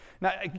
Now